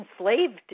enslaved